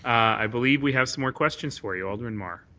i believe we have some more questions for you. alderman mar.